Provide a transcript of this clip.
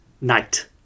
night